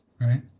right